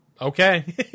Okay